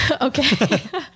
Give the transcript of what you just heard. Okay